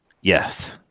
Yes